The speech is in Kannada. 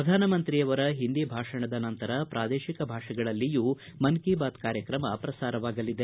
ಪ್ರಧಾನಮಂತ್ರಿ ಅವರ ಹಿಂದಿ ಭಾಷಣದ ನಂತರ ಪ್ರಾದೇಶಿಕ ಭಾಷೆಗಳಲ್ಲಿಯೂ ಮನ್ ಕಿ ಬಾತ್ ಕಾರ್ಯಕ್ರಮ ಪ್ರಸಾರವಾಗಲಿದೆ